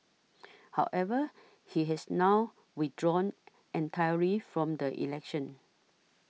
however he has now withdrawn entirely from the election